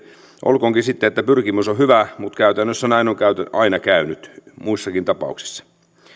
olkoonkin sitten että pyrkimys on hyvä mutta käytännössä näin on aina käynyt muissakin tapauksissa